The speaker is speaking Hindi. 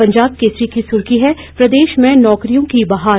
पंजाब केसरी की सुर्खी है प्रदेश में नौकरियों की बहार